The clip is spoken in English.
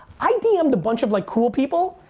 i dm the bunch of like cool people,